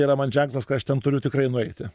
yra man ženklas kad aš ten turiu tikrai nueiti